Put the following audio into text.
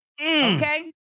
Okay